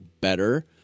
better